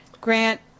Grant